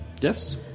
Yes